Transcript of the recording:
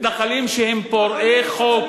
מתנחלים שהם פורעי חוק,